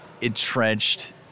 entrenched